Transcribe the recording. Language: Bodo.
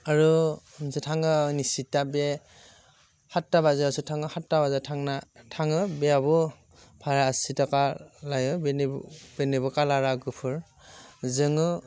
आरो जों थाङोनि सिदा बे हाटता बाजियावसो थाङो हाटता बाजियाव थांना थाङो बेयाबो भारा आसिताखा लायो बेनिब बेनिबो कालारा गुफुर जोङो